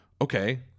okay